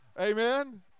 Amen